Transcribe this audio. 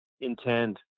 intend